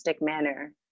manner